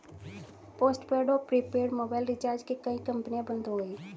postpaid और prepaid mobile recharge की कई कंपनियां बंद हो गई